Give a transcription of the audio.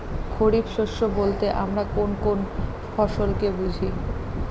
খরিফ শস্য বলতে আমরা কোন কোন ফসল কে বুঝি?